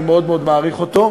אני מאוד מאוד מעריך אותו.